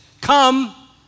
Come